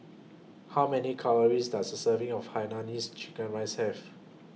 How Many Calories Does A Serving of Hainanese Chicken Rice Have